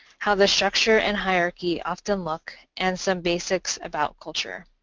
how the structure and hierarchy often look, and some basics about culture.